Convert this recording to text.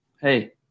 Hey